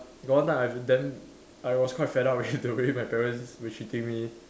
got one time I damn I was quite fed up with the way my parents been treating me